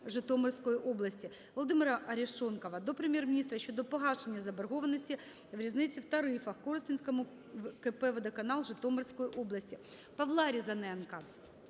Житомирської області. Володимира Арешонкова до Прем'єр-міністра щодо погашення заборгованості з різниці в тарифах Коростенському КП "Водоканал" Житомирської області.